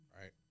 Right